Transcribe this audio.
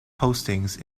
postings